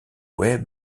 web